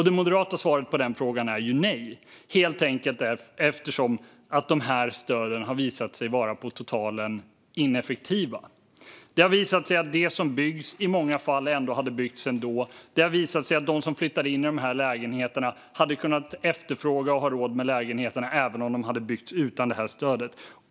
Det moderata svaret på den frågan är nej, helt enkelt eftersom stöden har visat sig på totalen ineffektiva. Det har visat sig att det som byggs i många fall ändå hade byggts. Det har visat sig att de som flyttade in i lägenheterna hade kunnat efterfråga och ha råd med lägenheterna även om de hade byggts utan stödet.